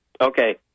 Okay